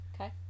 Okay